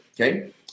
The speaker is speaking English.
okay